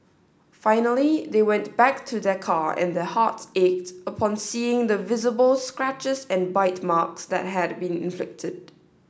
finally they went back to their car and their hearts ached upon seeing the visible scratches and bite marks that had been inflicted